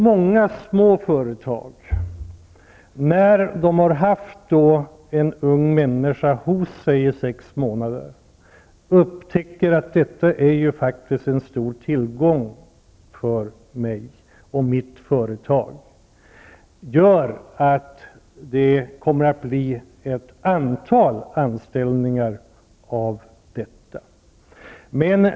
Många små företag som har haft en ung människa hos sig i sex månader kommer säkert att upptäcka att det är en stor tillgång för företaget. Jag tror därför att det här systemet kommer att leda till ett antal anställningar.